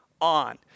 on